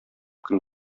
көн